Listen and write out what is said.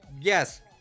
Yes